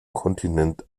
kontinent